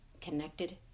connected